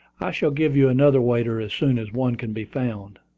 i shall give you another waiter as soon as one can be found.